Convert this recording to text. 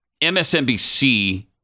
MSNBC